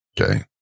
okay